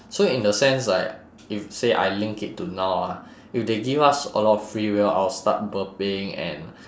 so in the sense like if say I link it to now ah if they give us a lot of free will I will start burping and